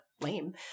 lame